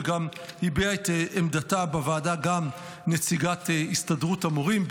וגם הביעה את עמדתה בוועדה נציגת הסתדרות המורים,